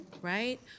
right